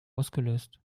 ausgelöst